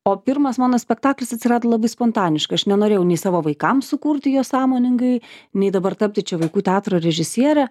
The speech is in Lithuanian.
o pirmas mano spektaklis atsirado labai spontaniškai aš nenorėjau nei savo vaikams sukurti jo sąmoningai nei dabar tapti čia vaikų teatro režisiere